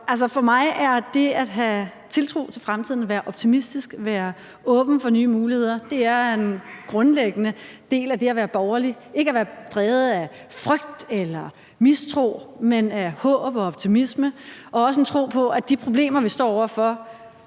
For mig er det at have tiltro til fremtiden, være optimistisk, være åben for nye muligheder en grundlæggende del af det at være borgerlig; ikke at være drevet af frygt eller mistro, men af håb og optimisme og også en tro på, at de problemer, vi står over for,